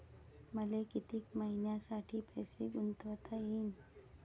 मले कितीक मईन्यासाठी पैसे गुंतवता येईन?